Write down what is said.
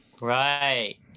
Right